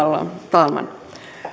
talman